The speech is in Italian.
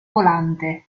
volante